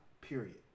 period